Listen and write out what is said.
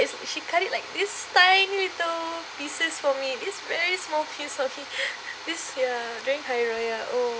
is she cut it like this tiny little pieces for me this very small piece for me this ya during hari raya oh